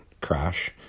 crash